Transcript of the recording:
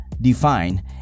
define